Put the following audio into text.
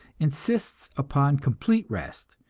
insists upon complete rest,